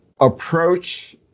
approach